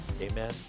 Amen